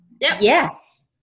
Yes